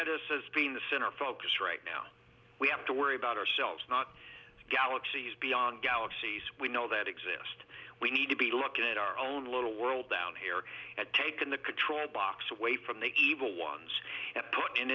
at us as being the center focus right now we have to worry about ourselves not galaxies beyond galaxies we know that exist we need to be looking at our own little world down here at taken the control box away from the evil ones